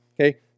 Okay